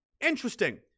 Interesting